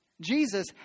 Jesus